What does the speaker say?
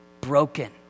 broken